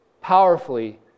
powerfully